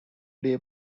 day